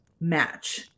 match